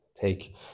take